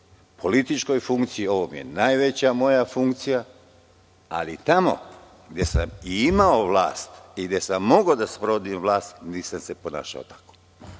političkoj funkciji. Ovo mi je najveća funkcija. Ali, i tamo gde sam imao vlast i gde sam mogao da sprovodim vlast, nisam se ponašao tako,